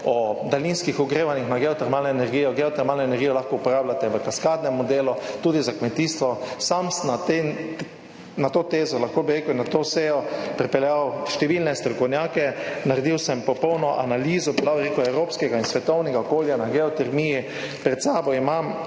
o daljinskih ogrevanjih na geotermalno energijo. Geotermalno energijo lahko uporabljate v kaskadnem modelu, tudi za kmetijstvo. Sam sem na to tezo, lahko bi rekel, na to sejo pripeljal številne strokovnjake, naredil sem popolno analizo evropskega in svetovnega okolja na geotermiji, pred sabo imam